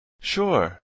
Sure